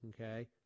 Okay